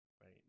right